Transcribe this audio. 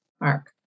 Mark